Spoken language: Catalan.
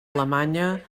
alemanya